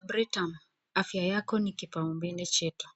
(cs) Britam(cs), afya yako ni kipaombele chetu,